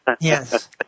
Yes